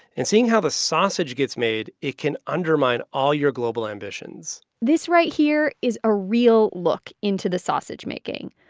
and seeing how the sausage gets made, it can undermine all your global ambitions this right here is a real look into the sausage making.